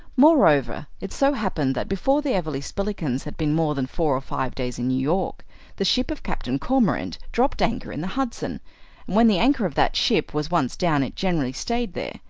moreover, it so happened that before the everleigh-spillikinses had been more than four or five days in new york the ship of captain cormorant dropped anchor in the hudson and when the anchor of that ship was once down it generally stayed there.